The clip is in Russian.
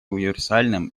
универсальным